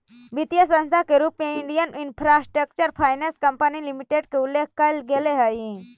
वित्तीय संस्था के रूप में Indian infrastructure finance company limited के उल्लेख कैल गेले हइ